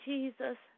Jesus